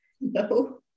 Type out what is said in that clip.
No